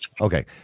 Okay